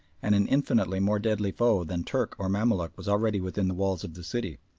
and an infinitely more deadly foe than turk or mamaluk was already within the walls of the city,